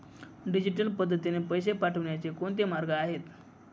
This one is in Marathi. डिजिटल पद्धतीने पैसे पाठवण्याचे कोणते मार्ग आहेत?